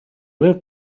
lit